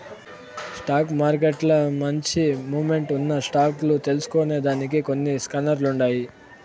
stock మార్కెట్ల మంచి momentum ఉన్న స్టాక్ లు తెల్సుకొనేదానికి కొన్ని స్కానర్లుండాయి